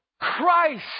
Christ